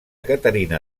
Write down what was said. caterina